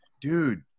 dude